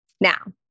Now